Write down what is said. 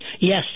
Yes